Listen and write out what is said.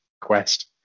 quest